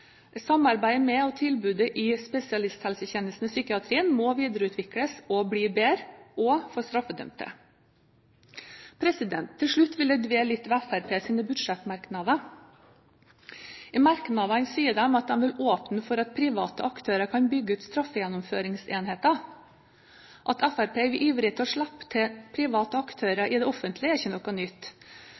Samarbeidet med og tilbudet i spesialisthelsetjenesten i psykiatrien må videreutvikles og bli bedre også for straffedømte. Til slutt vil jeg dvele litt ved Fremskrittspartiets budsjettmerknader. I merknadene sier de at de vil åpne for at private aktører kan bygge ut straffegjennomføringsenheter. At Fremskrittspartiet er ivrige etter å slippe til private aktører i det offentlige, er ikke noe nytt,